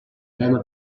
tema